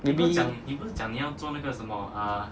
maybe